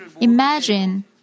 imagine